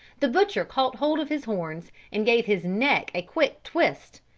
the butcher caught hold of his horns and gave his neck a quick twist.